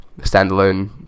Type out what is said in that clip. standalone